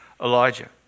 Elijah